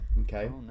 Okay